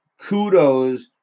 kudos